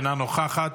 אינה נוכחת.